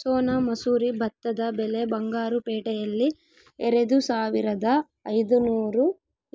ಸೋನಾ ಮಸೂರಿ ಭತ್ತದ ಬೆಲೆ ಬಂಗಾರು ಪೇಟೆಯಲ್ಲಿ ಎರೆದುಸಾವಿರದ ಐದುನೂರು